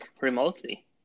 remotely